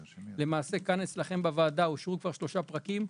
למעשה, כאן, אצלכם בוועדה, כבר אושרו שלושה פרקים.